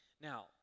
Now